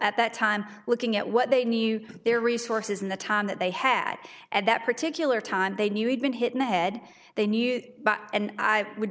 at that time looking at what they knew their resources in the time that they had at that particular time they knew i'd been hit in the head they knew and i would